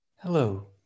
Hello